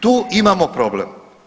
Tu imamo problem.